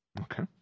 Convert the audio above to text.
Okay